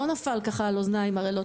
לא נפל ככה על אוזניים ערלות,